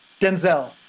Denzel